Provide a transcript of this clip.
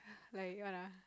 like what ah